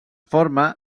forma